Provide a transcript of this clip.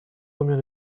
combien